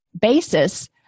basis